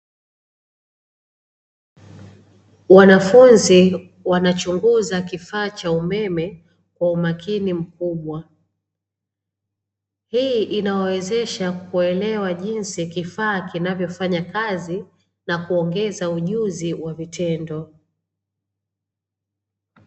Wanafunzi wanachunguza kifaa cha umeme kwa umakini mkubwa, hii inawawezesha kuelewa jinsi kifaa kinavyofanyakazi na kuongeza ujuzi wa vitendo.